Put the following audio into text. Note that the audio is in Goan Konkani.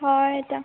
हॉय येता